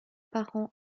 parents